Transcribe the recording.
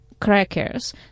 crackers